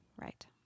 right